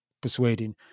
persuading